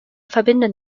verbinden